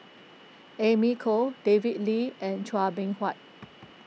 Amy Khor David Lee and Chua Beng Huat